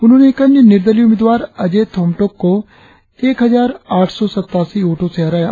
उन्होंने एक अन्य निर्दलीय उम्मीदवार अजेत होमटोक को एक हजार आठ सौ सत्तासी वोटों से हराया